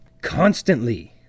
Constantly